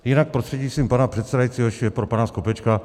Jinak prostřednictvím pana předsedajícího ještě pro pana Skopečka.